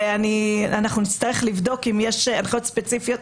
אנחנו נצטרך לבדוק אם יש הנחיות ספציפיות,